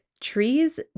trees